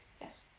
Yes